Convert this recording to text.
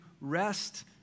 rest